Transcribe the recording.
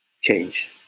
change